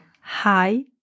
Hi